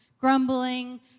grumbling